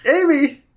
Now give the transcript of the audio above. Amy